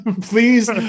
Please